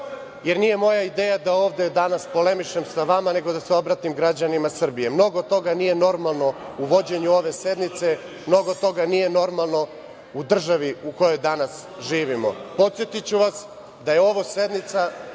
jer nije moja ideja da ovde danas polemišem sa vama, nego da se obratim građanima Srbije. Mnogo toga nije normalno u vođenju ove sednice, mnogo toga nije normalno u državi u kojoj danas živimo. Podsetiću vas da je ovo sednica